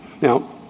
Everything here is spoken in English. Now